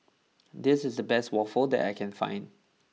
this is the best waffle that I can find